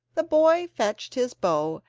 the boy fetched his bow,